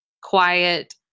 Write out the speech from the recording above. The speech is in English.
quiet